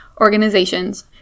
organizations